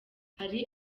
hari